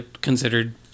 considered